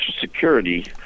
Security